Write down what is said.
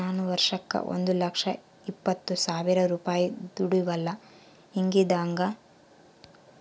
ನಾನು ವರ್ಷಕ್ಕ ಒಂದು ಲಕ್ಷ ಇಪ್ಪತ್ತು ಸಾವಿರ ರೂಪಾಯಿ ದುಡಿಯಲ್ಲ ಹಿಂಗಿದ್ದಾಗ ನಾನು ಕ್ರೆಡಿಟ್ ಕಾರ್ಡಿಗೆ ಅರ್ಜಿ ಹಾಕಬಹುದಾ?